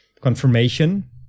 confirmation